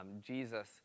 Jesus